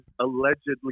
allegedly